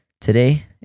Today